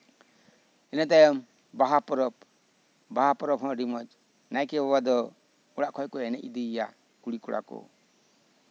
ᱤᱱᱟᱹ ᱛᱟᱭᱚᱢ ᱵᱟᱦᱟ ᱯᱚᱨᱚᱵᱽ ᱵᱟᱦᱟ ᱯᱚᱨᱚᱵᱽ ᱦᱚᱸ ᱟᱹᱰᱤ ᱢᱚᱸᱡᱽ ᱱᱟᱭᱠᱮ ᱵᱟᱵᱟ ᱫᱚ ᱚᱲᱟᱜ ᱠᱷᱚᱱ ᱠᱚ ᱮᱱᱮᱡ ᱤᱫᱤᱭᱮᱭᱟ ᱠᱚᱲᱟ ᱠᱩᱲᱤ ᱠᱚ